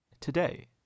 Today